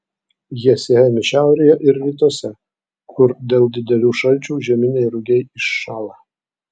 jie sėjami šiaurėje ir rytuose kur dėl didelių šalčių žieminiai rugiai iššąla